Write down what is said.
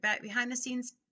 behind-the-scenes